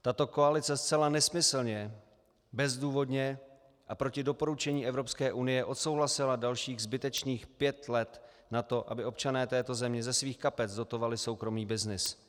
Tato koalice zcela nesmyslně, bezdůvodně a proti doporučení Evropské unie odsouhlasila dalších zbytečných pět let na to, aby občané této země ze svých kapes dotovali soukromý byznys.